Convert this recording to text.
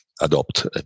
adopt